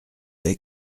est